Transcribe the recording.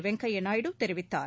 வெங்கைய நாயுடு தெரிவித்தார்